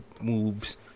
moves